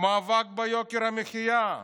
מאבק ביוקר המחיה?